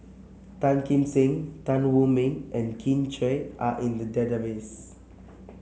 Tan Kim Seng Tan Wu Meng and Kin Chui are in the database